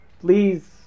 please